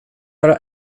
göra